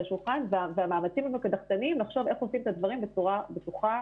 השולחן והמאמצים הם קדחתניים לחשוב איך עושים את הדברים בצורה בטוחה,